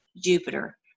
Jupiter